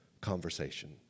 conversation